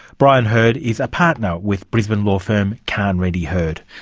brian herd is a partner with brisbane law firm carne reidy herd.